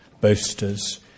boasters